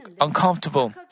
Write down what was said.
uncomfortable